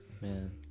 Man